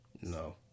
No